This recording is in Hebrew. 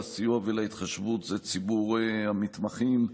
לסיוע ולהתחשבות זה ציבור המתמחים.